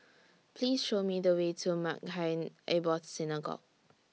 Please Show Me The Way to Maghain Aboth Synagogue